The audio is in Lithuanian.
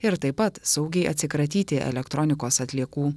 ir taip pat saugiai atsikratyti elektronikos atliekų